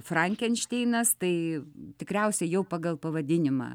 frankenšteinas tai tikriausiai jau pagal pavadinimą